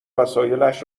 وسایلش